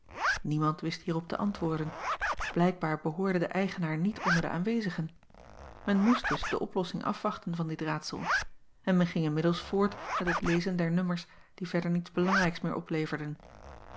iemand wist hierop te antwoorden blijkbaar behoorde de eigenaar niet onder de aanwezigen men moest dus de oplossing afwachten van dit raadsel en men ging inmiddels voort met het lezen der nummers die verder niets belangrijks meer opleverden